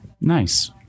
Nice